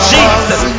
Jesus